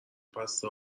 بسته